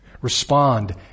Respond